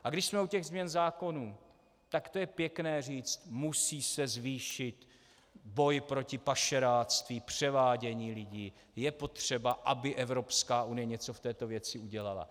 A když jsme u těch změn zákonů, tak to je pěkné říci: musí se zvýšit boj proti pašeráctví, převádění lidí, je potřeba, aby Evropská unie něco v této věci udělala.